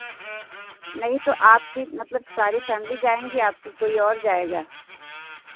नहीं तो आप की मतलब सारी फ़ैमिली जाएंगी आप कि कोई और जाएगा